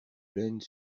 laine